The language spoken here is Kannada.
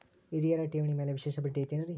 ಹಿರಿಯರ ಠೇವಣಿ ಮ್ಯಾಲೆ ವಿಶೇಷ ಬಡ್ಡಿ ಐತೇನ್ರಿ?